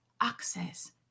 access